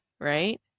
right